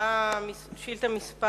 שאילתא מס'